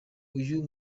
uyu